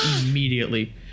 immediately